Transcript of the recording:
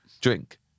Drink